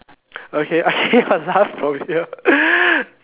okay okay will laugh from here